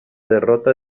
derrota